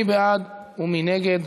מי בעד ומי נגד?